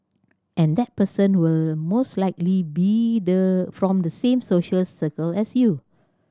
and that person will most likely be the from the same social circle as you